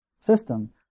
system